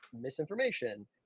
misinformation